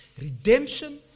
Redemption